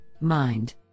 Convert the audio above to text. Mind